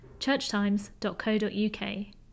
churchtimes.co.uk